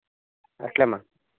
అట్లే అమ్మా